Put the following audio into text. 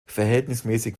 verhältnismäßig